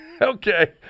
Okay